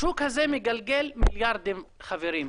השוק הזה מגלגל מיליארדים, חברים.